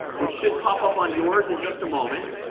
which should pop up on yours in just a moment.